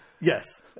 Yes